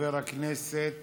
חבר הכנסת